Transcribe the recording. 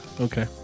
Okay